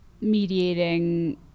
mediating